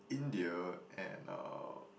India and uh